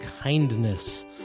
kindness